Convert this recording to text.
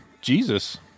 Jesus